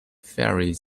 ferry